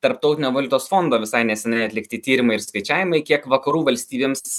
tarptautinio valiutos fondo visai neseniai atlikti tyrimai ir skaičiavimai kiek vakarų valstybėms